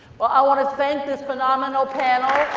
well i wanna thank this phenomenal panel